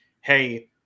hey